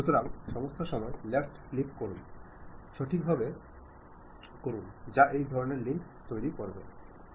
সুতরাং সমস্ত সময় লেফট ক্লিক করুন সঠিকভাবে সমন্বয় করুন যা এই ধরণের লিঙ্ক তৈরি করবে